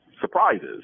surprises